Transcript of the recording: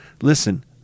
Listen